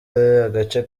agace